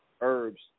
Herbs